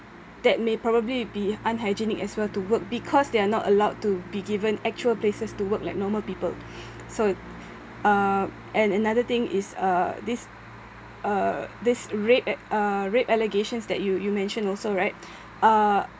that may probably be unhygienic as well to work because they are not allowed to be given actual places to work like normal people so uh and another thing is uh this uh this rape a~ uh rape allegations that you you mention also right uh